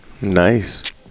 nice